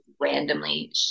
randomly